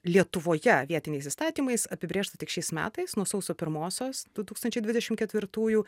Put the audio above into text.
lietuvoje vietiniais įstatymais apibrėžta tik šiais metais nuo sausio pirmosios du tūkstančiai dvidešimt ketvirtųjų